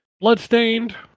Bloodstained